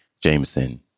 Jameson